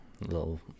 little